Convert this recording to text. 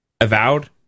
Avowed